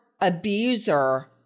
abuser